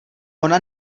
ona